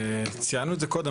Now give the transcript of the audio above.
ציינו את זה קודם.